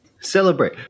celebrate